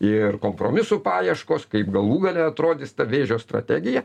ir kompromisų paieškos kaip galų gale atrodys ta vėžio strategija